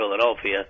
Philadelphia